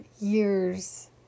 years